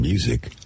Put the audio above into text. Music